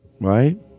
Right